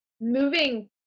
moving